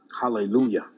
Hallelujah